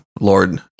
Lord